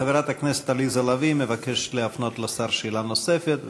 חברת הכנסת עליזה לביא מבקשת להפנות לשר שאלה נוספת,